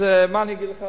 אז מה אני אגיד לך?